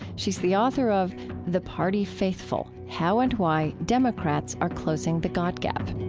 she's the author of the party faithful how and why democrats are closing the god gap